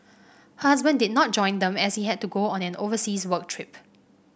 her husband did not join them as he had to go on an overseas work trip